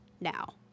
now